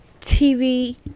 tv